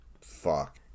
fuck